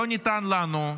לא ניתן לנו,